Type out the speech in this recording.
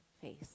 face